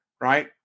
right